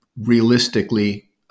realistically